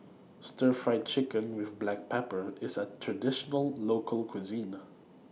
Stir Fried Chicken with Black Pepper IS A Traditional Local Cuisine